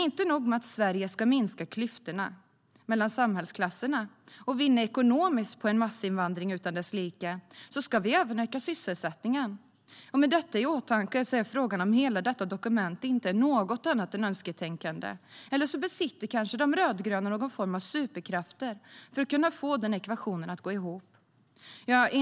Inte nog med att Sverige ska minska klyftorna mellan samhällsklasser och vinna ekonomiskt på en massinvandring utan dess like, så ska vi öka sysselsättningen. Med detta i åtanke innehåller hela detta dokument inte något annat än önsketänkande. Eller också besitter de rödgröna kanske någon form av superkrafter för att få den ekvationen att gå ihop. Herr talman!